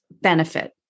benefit